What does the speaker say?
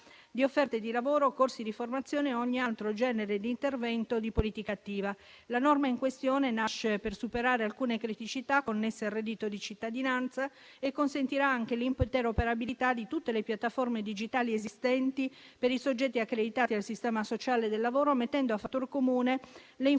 di offerte di lavoro, corsi di formazione e ogni altro genere di intervento di politica attiva. La norma in questione nasce per superare alcune criticità connesse al reddito di cittadinanza e consentirà anche l'interoperabilità di tutte le piattaforme digitali esistenti per i soggetti accreditati al sistema sociale del lavoro, mettendo a fattor comune le informazioni